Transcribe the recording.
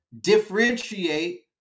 differentiate